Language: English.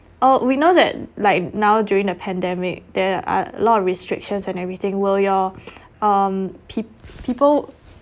oh we know that like now during the pandemic there are a lot of restrictions and everything will your um pe~ people